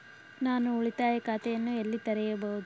ನಾನು ಉಳಿತಾಯ ಖಾತೆಯನ್ನು ಎಲ್ಲಿ ತೆರೆಯಬಹುದು?